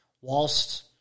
whilst